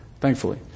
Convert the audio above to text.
thankfully